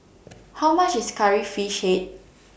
How much IS Curry Fish Head